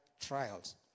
trials